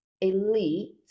elite